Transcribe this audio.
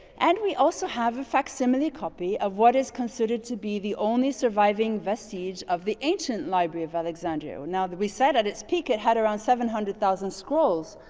and we also have a facsimile copy of what is considered to be the only surviving vestige of the ancient library of alexandria. now, that we said at its peak it had around seven hundred thousand scrolls.